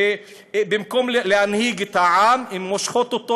שבמקום להנהיג את העם הן מושכות אותו